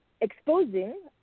exposing